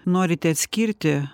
norite atskirti